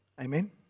Amen